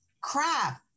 crap